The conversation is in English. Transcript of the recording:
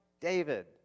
David